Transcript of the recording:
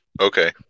okay